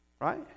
Right